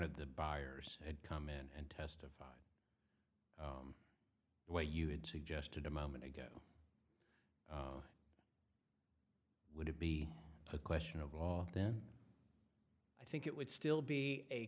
of the buyers had come in and testified the way you had suggested a moment ago would it be a question of law then i think it would still be a